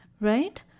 right